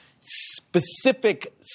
specific